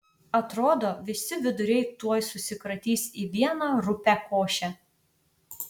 atrodo visi viduriai tuoj susikratys į vieną rupią košę